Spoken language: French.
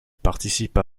participa